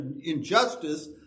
injustice